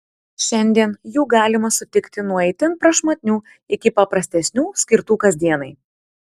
šiandien jų galima sutikti nuo itin prašmatnių iki paprastesnių skirtų kasdienai